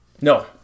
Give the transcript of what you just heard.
No